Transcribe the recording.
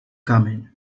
kamień